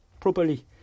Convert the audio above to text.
properly